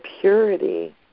purity